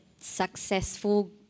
successful